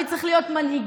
מי צריך להיות מנהיגנו.